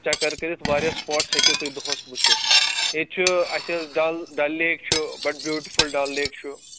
چکر کٔرِتھ واریاہ سٕپوٹٕس ہیٚکِو تُہۍ دۄہَس وٕچھِتھ ییٚتہِ چھُ اَسہِ ٲس ڈَل ڈَل لیک چھُ بَڑٕ بیوٗٹِفُل ڈَل لیک چھُ